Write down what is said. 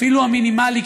אפילו מינימלי,